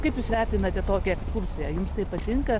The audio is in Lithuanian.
kaip jūs vertinate tokią ekskursiją jums taip patinka